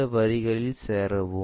இந்த வரிகளில் சேரவும்